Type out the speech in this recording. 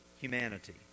humanity